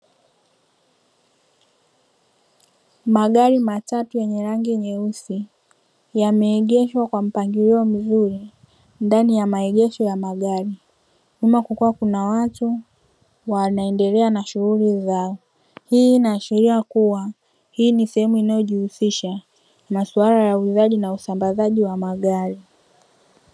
Magari matatu yenye rangi nyeusi yameegeshwa kwa mpangilio mzuri ndani ya maegesho ya magari. Nyuma kukiwa kuna watu wanaendelea na shughuli zao. Hii inaashiria kuwa hii ni sehemu inayojihusisha masuala ya uuzaji na usambazaji wa magari.